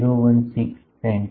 016 સે